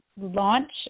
launch